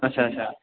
अच्छा अच्छा